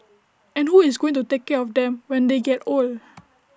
and who is going to take care of them when they get old